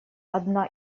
одна